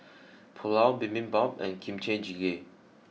Pulao Bibimbap and Kimchi Jjigae